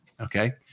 okay